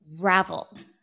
raveled